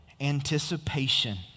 anticipation